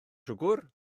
siwgr